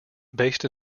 based